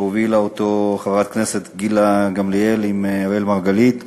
שהובילה חברת הכנסת גילה גמליאל עם אראל מרגלית,